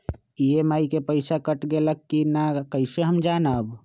EMI के पईसा cut गेलक कि ना कइसे हम जानब?